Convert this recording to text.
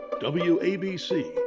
WABC